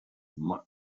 mehr